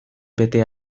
bete